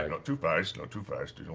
um not too fast, not too fast,